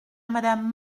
madame